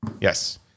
yes